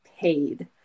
paid